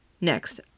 Next